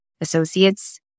associates